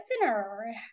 listener